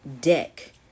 deck